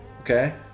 okay